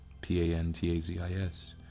P-A-N-T-A-Z-I-S